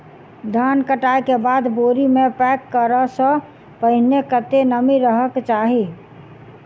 धान कटाई केँ बाद बोरी मे पैक करऽ सँ पहिने कत्ते नमी रहक चाहि?